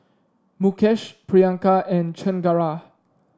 Mukesh Priyanka and Chengara